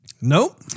Nope